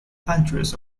address